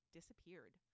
disappeared